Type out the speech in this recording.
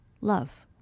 love